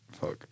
fuck